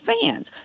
fans